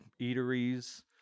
eateries